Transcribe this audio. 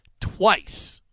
twice